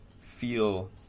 feel